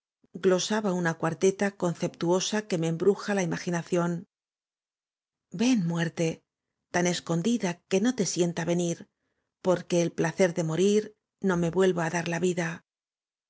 e m b r u j a la imaginación ven muerte tan escondida que no te sienta venir porque el placer de morir no me vuelva á dar la vida